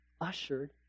ushered